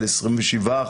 על 27%,